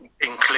include